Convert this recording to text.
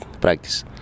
practice